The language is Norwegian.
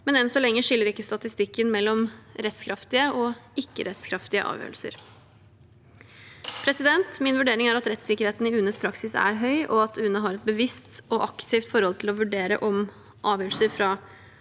men enn så lenge skiller ikke statistikken mellom rettskraftige og ikke-rettskraftige avgjørelser. Min vurdering er at rettssikkerheten i UNEs praksis er høy, og at UNE har et bevisst og aktivt forhold til å vurdere om avgjørelser fra